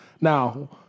Now